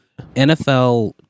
NFL